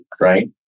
Right